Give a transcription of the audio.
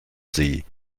sie